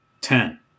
Ten